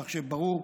כך שברור,